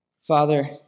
Father